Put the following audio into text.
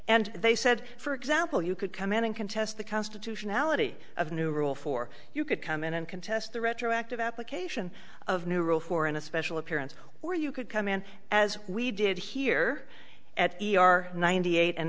and they said for example you could come in and contest the constitutionality of a new rule for you could come in and contest the retroactive application of new rule for in a special appearance or you could come in as we did here at e r ninety eight and